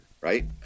right